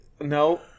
No